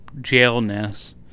jailness